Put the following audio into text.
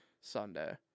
Sunday